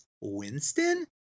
Winston